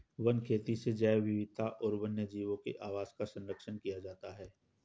one खेती से जैव विविधता और वन्यजीवों के आवास का सरंक्षण किया जाता है